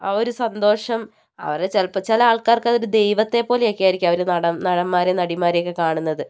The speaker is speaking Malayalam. ആ ഒരു സന്തോഷം അവരെ ചിലപ്പം ചില ആൾക്കാർക്ക് അവരൊരു ദൈവത്തെ പോലെയൊക്കെയായിരിക്കും അവർ നടൻ നടന്മാരേം നടിമാരേയൊക്കെ കാണുന്നത്